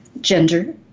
gender